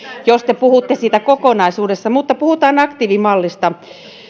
jos te puhutte siitä kokonaisuudesta mutta puhutaan aktiivimallista